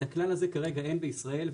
את הכלל הזה כרגע אין בישראל,